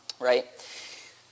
Right